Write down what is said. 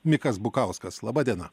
mikas bukauskas laba diena